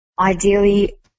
ideally